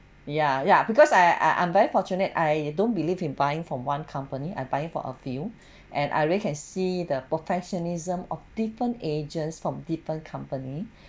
ya ya because I I'm very fortunate I don't believe in buying from one company I buying for a few and I really can see the professionalism of different agents from different company